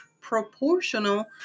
proportional